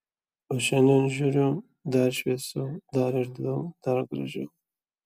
o šiandien žiūriu dar šviesiau dar erdviau dar gražiau